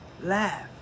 Laugh